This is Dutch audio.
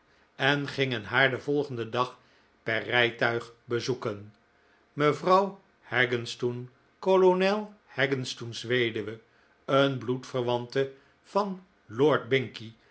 en gingen haar den volgenden dag per rijtuig bezoeken mevrouw haggistoun kolonel haggistoun's weduwe een bloedverwante van